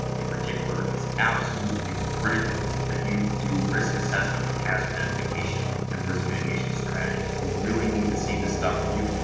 in particular, it's absolutely critical that you do risk assessment with hazard identification and risk mitigation strategies. we really need to see this stuff from you,